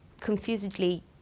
confusedly